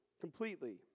completely